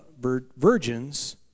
Virgins